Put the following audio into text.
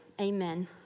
amen